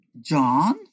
John